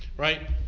Right